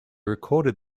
recorded